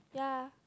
ya